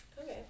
okay